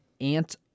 ant